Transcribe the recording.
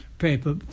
paper